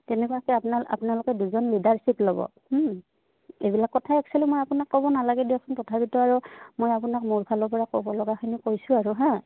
তেনেকুৱাকে আপনাৰ আপোনালোকে দুজন লিডাৰশ্বিপ ল'ব এইবিলাক কথা এক্সোৱেলি মই আপোনাক ক'ব নালাগে দিয়কচোন তথাপিতো আৰু মই আপোনাক মোৰ ফালৰ পৰা ক'ব লগাখিনি কৈছোঁ আৰু হা